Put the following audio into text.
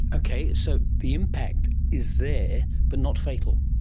okay, so the impact is there but not fatal.